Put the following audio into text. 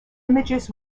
images